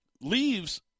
leaves